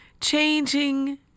Changing